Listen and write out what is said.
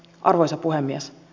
arvoisa puhemies